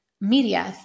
media